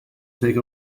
take